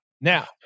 Now